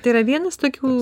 tai yra vienas tokių